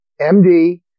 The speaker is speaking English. MD